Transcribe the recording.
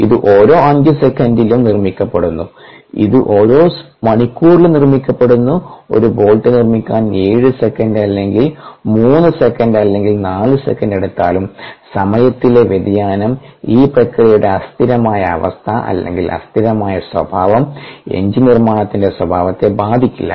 ഇത് ഓരോ 5 സെക്കൻഡിലും നിർമ്മിക്കപ്പെടുന്നു ഇത് ഓരോ മണിക്കൂറിലും നിർമ്മിക്കപ്പെടുന്നു ഒരു ബോൾട്ട് നിർമ്മിക്കാൻ 7 സെക്കൻഡ് അല്ലെങ്കിൽ 3 സെക്കൻഡ് അല്ലെങ്കിൽ 4 സെക്കൻഡ് എടുത്താലും സമയത്തിലെ വ്യതിയാനം ഈ പ്രക്രിയയുടെ അസ്ഥിരമായ അവസ്ഥ അല്ലെങ്കിൽ അസ്ഥിരമായ സ്വഭാവം എഞ്ചിൻ നിർമ്മാണത്തിന്റെ സ്വഭാവത്തെ ബാധിക്കില്ല